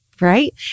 right